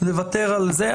לוותר על זה.